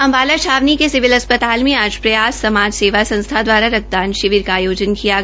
अम्बाला छावनी के सिविल अस्पताल में आज प्रयास समाज सेवा संस्था द्वारा रक्तदान शिविर का आयोजन किया गया